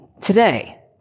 today